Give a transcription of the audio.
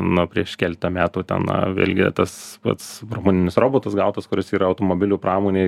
nu prieš keletą metų tena vėlgi tas pats pramoninis robotas gautas kuris yra automobilių pramonėj